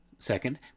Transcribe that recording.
Second